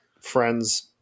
friends